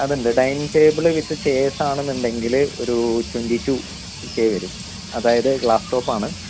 അത്ണ്ട് dining table with ചെയേഴ്സാണെന്ന് ഉണ്ടെങ്കിൽ ഒരൂ ട്വൻറ്റി റ്റു കെ വരും അതായത് ഗ്ലാസ് ടോപ്പാണ്